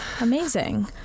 amazing